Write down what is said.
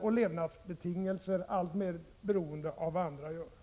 och levnadsbetingelser alltmer beroende av vad andra gör.